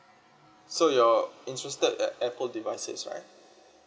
so you're interested at apple devices right